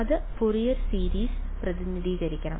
അത് Fourier series പ്രതിനിധീകരിക്കണം